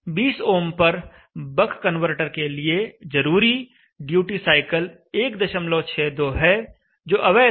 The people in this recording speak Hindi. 20 ओम पर बक कन्वर्टर के लिए जरूरी ड्यूटी साइकिल 162 है जो अवैध है